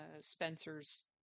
spencer's